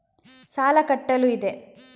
ಸಾಲ ಕಟ್ಟಲು ಇದೆ